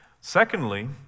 secondly